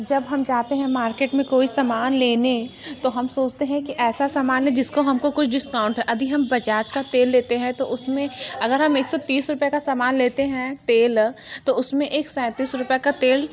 जब हम जाते हैं मार्केट में कोई सामान लेने तो हम सोचते हैं कि ऐसा सामान है जिसको हमको कुछ डिस्काउंट अदि हम बजाज का तेल लेतें हैं तो उसमें अगर हम एक सौ तीस रुपये का सामान लेते हैं तेल तो उसमें एक सैंतीस रुपये का तेल